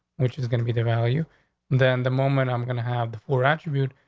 which is gonna be the value than the moment i'm going to have the four attribute,